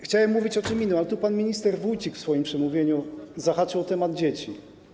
Chciałem mówić o czym innym, ale pan minister Wójcik w swoim przemówieniu zahaczył o temat dzieci.